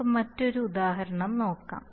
നമുക്ക് മറ്റൊരു ഉദാഹരണം നോക്കാം